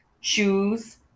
shoes